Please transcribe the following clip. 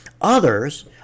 Others